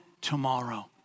tomorrow